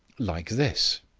like this.